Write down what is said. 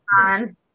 On